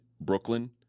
Brooklyn